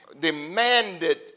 demanded